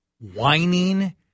whining